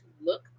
look